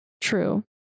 true